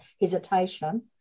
hesitation